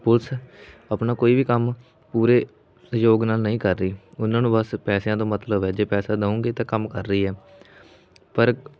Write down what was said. police ਆਪਣਾ ਕੋਈ ਵੀ ਕੰਮ ਪੂਰੇ ਸਹਿਯੋਗ ਨਾਲ ਨਹੀਂ ਕਰ ਰਹੀ ਉਹਨਾਂ ਨੂੰ ਬਸ ਪੈਸਿਆਂ ਤੋਂ ਮਤਲਬ ਹੈ ਜੇ ਪੈਸਾ ਦਊਂਗੇ ਤਾਂ ਕੰਮ ਕਰ ਰਹੀ ਹੈ ਪਰ